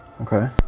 Okay